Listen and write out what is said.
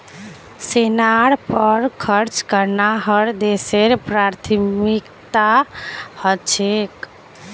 सेनार पर खर्च करना हर देशेर प्राथमिकता ह छेक